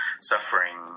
suffering